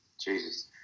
Jesus